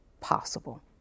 possible